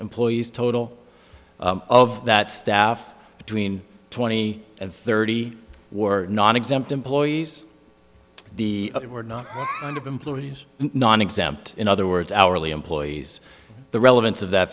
employees total of that staff between twenty and thirty were nonexempt employees the were not of employees nonexempt in other words hourly employees the relevance of that